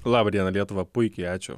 laba diena lietuva puikiai ačiū